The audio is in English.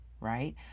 right